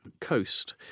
coast